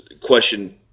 question